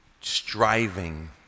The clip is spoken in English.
striving